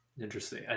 interesting